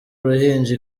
ruhinja